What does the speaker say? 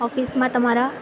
ઓફિસમાં તમારા